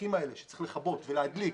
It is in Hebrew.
המשחקים האלה שצריך לכבות ולהדליק,